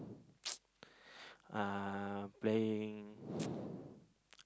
uh playing